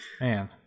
Man